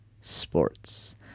sports